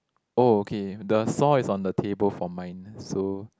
oh okay the saw is on the table for mine so